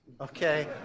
Okay